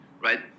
right